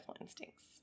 instincts